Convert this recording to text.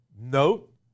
note